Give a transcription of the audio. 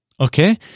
Okay